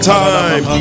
time